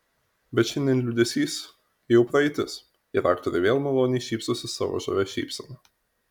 bet šiandien liūdesys jau praeitis ir aktorė vėl maloniai šypsosi savo žavia šypsena